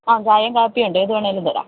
അ ചായയും കാപ്പിയും ഉണ്ട് ഏതുവേണമെങ്കിലും തരാം